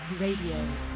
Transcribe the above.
radio